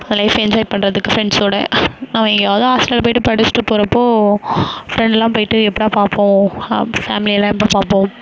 லைஃப்பை என்ஜாய் பண்றதுக்கு ஃபிரண்ட்ஸோட நம்ம எங்கேயாவது ஹாஸ்டல் போயிட்டு படித்துட்டு போகிறப்போ ஃபிரண்ட்லாம் போயிட்டு எப்படா பார்ப்போம் ஃபேமிலி எல்லாம் எப்போ பார்ப்போம்